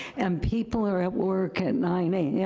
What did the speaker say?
and people are at work at nine am, yeah